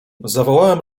zawołałem